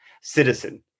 citizen